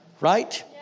Right